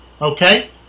Okay